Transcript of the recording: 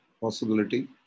possibility